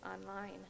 online